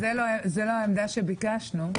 זה לא העמדה שביקשנו,